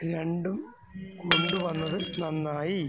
രണ്ടും കൊണ്ടു വന്നത് നന്നായി